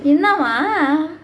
என்னவா:ennavaa